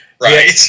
Right